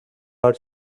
are